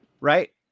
right